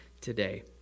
today